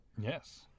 Yes